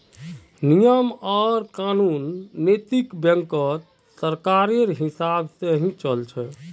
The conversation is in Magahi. नियम आर कानून नैतिक बैंकत सरकारेर हिसाब से ही चल छ